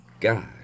God